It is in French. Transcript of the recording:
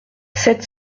sept